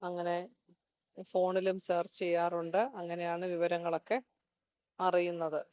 അങ്ങനെ ഫോണിലും സേർച്ച് ചെയ്യാറുണ്ട് അങ്ങനെയാണ് വിവരങ്ങൾ ഒക്കെ അറിയുന്നത്